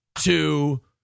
two